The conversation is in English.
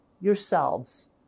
yourselves